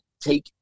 take